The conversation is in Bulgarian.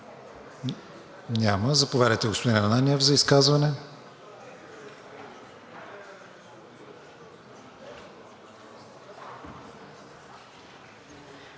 Няма. Заповядайте, господин Ананиев, за изказване.